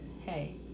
hey